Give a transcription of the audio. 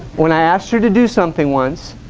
when i asked her to do something ones